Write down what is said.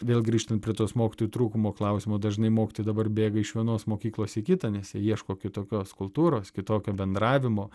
vėl grįžtant prie tos mokytojų trūkumo klausimo dažnai mokytojai dabar bėga iš vienos mokyklos į kitą nes jie ieško kitokios kultūros kitokio bendravimo